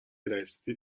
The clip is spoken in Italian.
resti